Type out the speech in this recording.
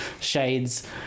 shades